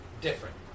different